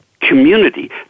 community